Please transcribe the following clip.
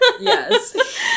Yes